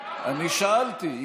אני שאלתי.